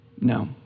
No